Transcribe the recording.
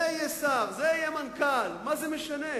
זה יהיה שר, זה יהיה מנכ"ל, מה זה משנה?